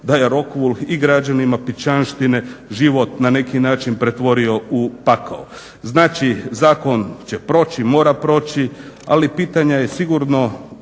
da je Rokul i građanima Pičanštine život na neki način pretvorio u pakao. Znači, zakon će proći, mora proći ali pitanja je sigurno